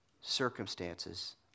circumstances